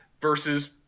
versus